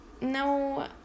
no